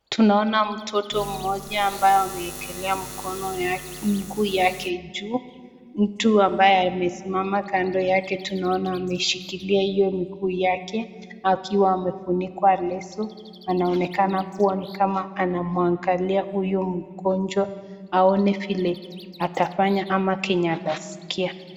Tunaona mtoto mmoja ambaye ameekelea mguu yake juu. Mtu ambaye amesimama kando yake tunaona ameshikilia mguu yake akiwa amefunikwa leso. Anaonekana kua ni kama anamuangalia huyu mgonjwa aone kua atafanya ama ataskia